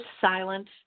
silent